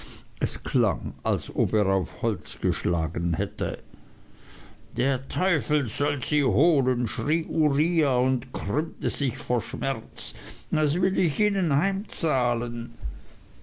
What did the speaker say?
es klang als ob er auf holz geschlagen hätte der teufel soll sie holen schrie uriah und krümmte sich vor schmerz das will ich ihnen heimzahlen